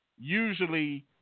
usually